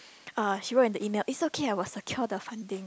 uh she wrote in the email it's okay I will secure the funding